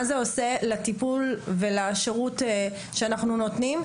מה זה עושה לטיפול ולשירות שאנחנו נותנים,